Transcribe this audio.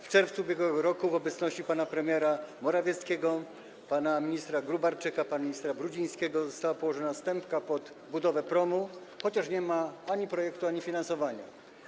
W czerwcu ub.r. w obecności pana premiera Morawieckiego, pana ministra Gróbarczyka, pana ministra Brudzińskiego została położona stępka pod budowę promu, chociaż nie ma ani projektu, ani finansowania.